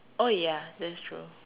oh ya that is true